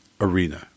arena